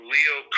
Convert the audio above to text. Leo